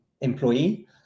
employee